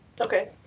Okay